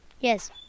Yes